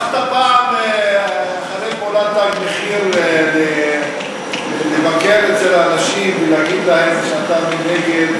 הלכת פעם אחרי פעולת "תג מחיר" לבקר אצל האנשים ולהגיד להם שאתה נגד,